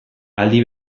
aldi